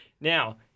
Now